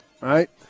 Right